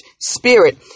spirit